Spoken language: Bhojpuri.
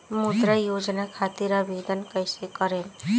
मुद्रा योजना खातिर आवेदन कईसे करेम?